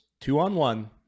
two-on-one